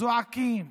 זועקים,